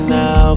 now